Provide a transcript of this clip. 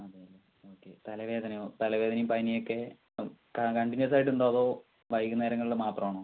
ആണല്ലേ ഓക്കെ തലവേദനയോ തലവേദനയും പനിയൊക്കെ കണ്ടിന്യുസായിട്ടുണ്ടോ അതോ വൈകുന്നേരങ്ങളിൽ മാത്രമാണോ